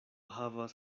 havas